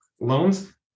loans